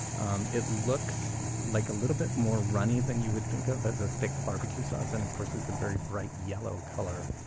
um it looks like a bit more runny than you would think of as a thick barbecue sauce, and of course it's a very bright yellow color.